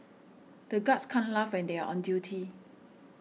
the guards can't laugh when they are on duty